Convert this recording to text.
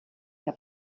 and